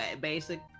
basic